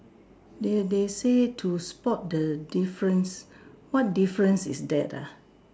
they they say to spot the difference what difference is that ah